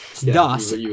thus